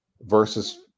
versus